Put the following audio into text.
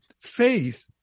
faith